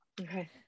Okay